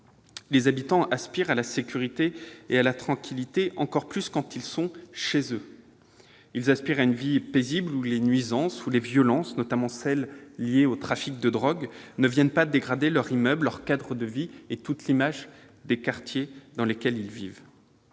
Ces derniers aspirent à la sécurité et à la tranquillité, encore plus quand ils sont chez eux. Ils désirent une vie paisible où les nuisances et les violences, notamment celles qui sont liées aux trafics de drogue, ne viennent pas dégrader leur immeuble, leur cadre de vie et toute l'image des quartiers dans lesquels ils vivent.